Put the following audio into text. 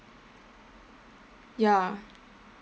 ya